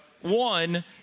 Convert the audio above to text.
one